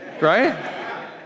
right